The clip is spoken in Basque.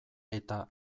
eta